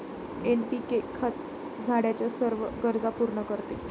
NPK खत झाडाच्या सर्व गरजा पूर्ण करते